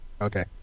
Okay